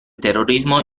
terrorismo